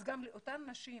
אז גם לאותן נשים